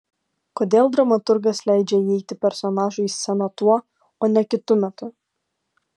kodėl dramaturgas leidžia įeiti personažui į sceną tuo o ne kitu metu